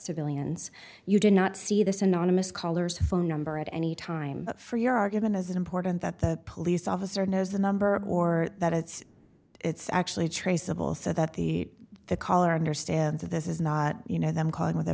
civilians you did not see this anonymous callers a phone number at any time for your argument is it important that the police officer knows the number or that it's it's actually traceable so that the the caller understands this is not you know them calling with a